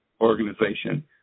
organization